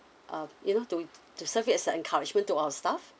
um you know to to serve it as an encouragement to our staff